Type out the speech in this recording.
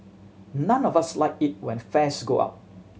none of us like it when fares go up